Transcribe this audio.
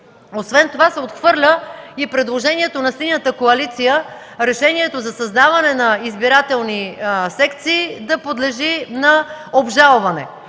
Освен това се отхвърля и предложението на Синята коалиция – решението за създаване на избирателни секции да подлежи на обжалване.